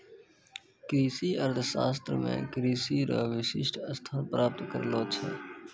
कृषि अर्थशास्त्र मे कृषि रो विशिष्ट स्थान प्राप्त करलो छै